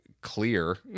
clear